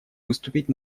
выступить